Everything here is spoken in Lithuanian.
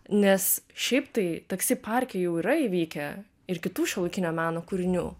nes šiaip tai taksi parke jau yra įvykę ir kitų šiuolaikinio meno kūrinių